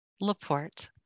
laporte